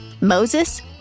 Moses